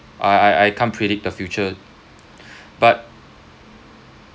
I I I can't predict the future but